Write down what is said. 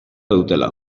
dutela